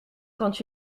quand